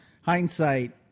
hindsight